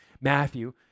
Matthew